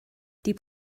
die